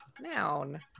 Noun